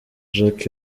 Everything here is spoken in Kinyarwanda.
jacques